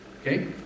Okay